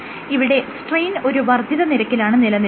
ഇവിടെ സ്ട്രെയിൻ ഒരു വർദ്ധിത നിരക്കിലാണ് നിലനിൽക്കുന്നത്